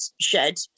shed